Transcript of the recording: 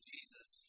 Jesus